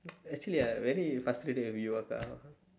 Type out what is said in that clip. actually I very frustrated with you akka